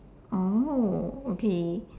oh okay